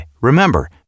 remember